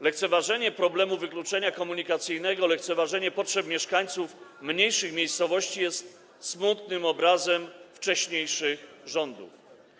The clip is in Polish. Lekceważenie problemu wykluczenia komunikacyjnego, lekceważenie potrzeb mieszkańców mniejszych miejscowości jest smutnym obrazem wcześniejszych rządów.